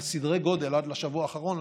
עד לשבוע האחרון,